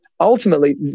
ultimately